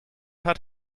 hat